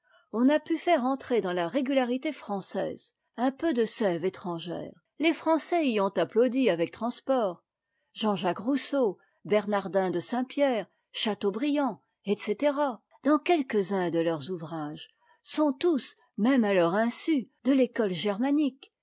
on a pu faire entrer dans la régularité française un peu de sève étrangère les français y ont applaudi avec transport j j rousseau bernardin de saint-pierre châteaubriand etc dans quelques-uns de leurs ouvrages sont tous même à leur insu de l'école germanique